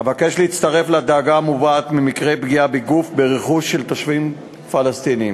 אבקש להצטרף לדאגה המובעת ממקרי פגיעה בגוף וברכוש של תושבים פלסטינים,